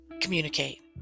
communicate